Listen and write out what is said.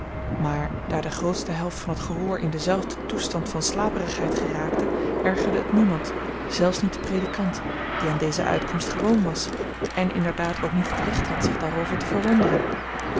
maar daar de grootste helft van t gehoor in denzelfden toestand van slaperigheid geraakte ergerde het niemand zelfs niet den predikant die aan deze uitkomst gewoon was en inderdaad ook niet het recht had zich daarover te verwonderen